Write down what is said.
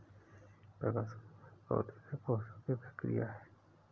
प्रकाश संश्लेषण पौधे में पोषण की प्रक्रिया है